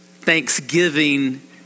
Thanksgiving